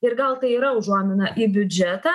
ir gal tai yra užuomina į biudžetą